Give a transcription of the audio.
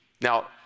Now